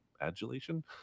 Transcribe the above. adulation